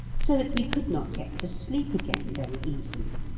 so that we could not get to sleep again very easily.